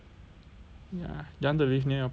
ya you want to live near your parents